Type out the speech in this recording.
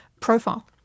profile